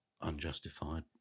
unjustified